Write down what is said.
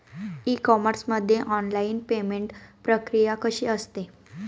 E commerce मध्ये online payment प्रक्रिया कशी असते?